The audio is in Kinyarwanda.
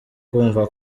kumva